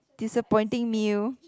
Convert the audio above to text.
disappointing meal